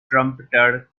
trumpeter